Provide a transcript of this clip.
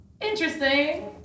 interesting